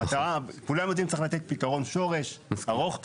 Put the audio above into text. כולם יודעים שצריך לתת פתרון שורש, ארוך טווח,